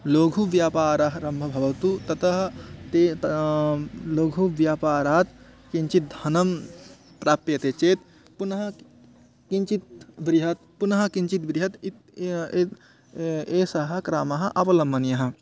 लघु व्यापारः आरम्भः भवतु ततः ते ते लघु व्यापारात् किञ्चित् धनं प्राप्यते चेत् पुनः किञ्चित् बृहत् पुनः किञ्चिद् बृहत् इति यद् एषः क्रमः अवलम्बनीयः